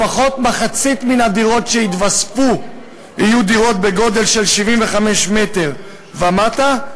לפחות מחצית מן הדירות שיתווספו יהיו דירות בגודל של 75 מטר ומטה,